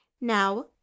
Now